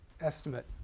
estimate